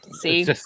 See